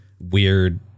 weird